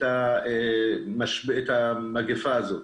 המגפה הזאת.